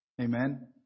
Amen